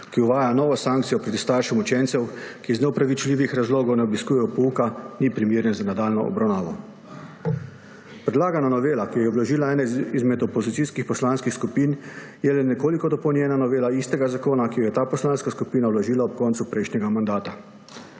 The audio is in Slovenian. ki uvaja novo sankcijo proti staršem učencev, ki iz neopravičljivih razlogov ne obiskujejo pouka, ni primeren za nadaljnjo obravnavo. Predlagana novela, ki jo je vložila ena izmed opozicijskih poslanskih skupin, je le nekoliko dopolnjena novela istega zakona, ki jo je ta poslanska skupina vložila ob koncu prejšnjega mandata.